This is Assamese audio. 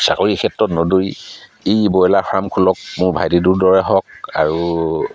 চাকৰি ক্ষেত্ৰত নদৌৰি এই ব্ৰইলাৰ ফাৰ্ম খুলক মোৰ ভাইটিটোৰ দৰে হওক আৰু